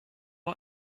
out